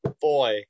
boy